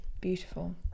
Beautiful